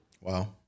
Wow